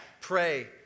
pray